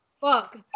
fuck